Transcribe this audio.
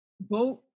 boat